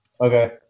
Okay